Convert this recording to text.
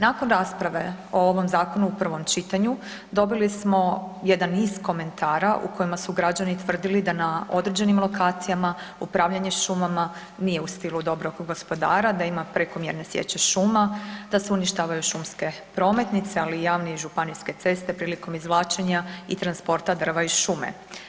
Nakon rasprave o ovom zakonu u prvom čitanju dobili smo jedan niz komentara u kojem su građani tvrdili da na određenim lokacijama upravljanje šumama nije u stilu dobrog gospodara, da ima prekomjerne sječe šuma, da se uništavaju šumske prometnice ali i javne, županijske ceste prilikom izvlačenja i transporta drva iz šume.